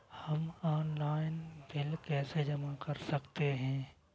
हम online bill कैसे जमा कर सकते हैं?